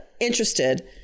interested